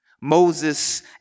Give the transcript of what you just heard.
Moses